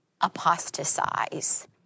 apostatize